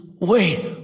wait